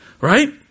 right